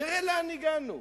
תראה לאן הגענו.